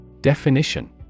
Definition